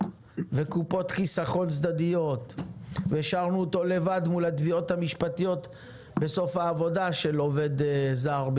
ותוספות והשארנו אותו לבד מול התביעות המשפטיות מצד עובד זר,